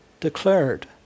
declared